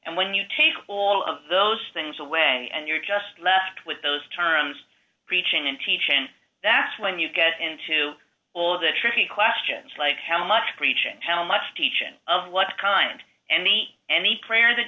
and when you take full of those things away and you're just left with those terms preaching and teaching and that's when you get into all the tricky questions like how much preaching tell much teachin of what kind any any prayer that